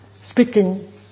speaking